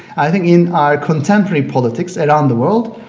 i think in our contemporary politics around the world,